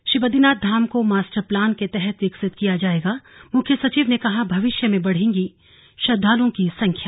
श्री बदरीनाथ धाम को master plan के तहत विकसित किया जाएगामुख्य सचिव ने कहा भविष्य में बढ़ेगी श्रद्वालुओं की संख्या